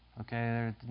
okay